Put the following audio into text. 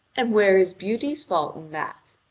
and where is beauty's fault in that?